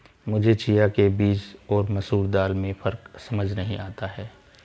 मुझे चिया के बीज और मसूर दाल में फ़र्क समझ नही आता है